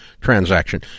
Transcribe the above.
transaction